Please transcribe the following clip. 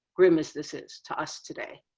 grim as this is to us today.